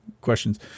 questions